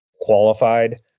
qualified